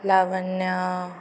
Lavanya